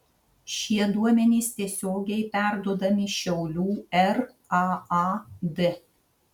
šie duomenys tiesiogiai perduodami šiaulių raad